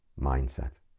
mindset